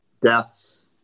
deaths